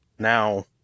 Now